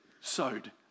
sowed